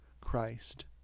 Christ